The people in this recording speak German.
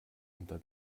unter